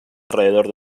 alrededor